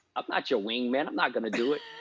i'm not your wingman, i'm not gonna do it.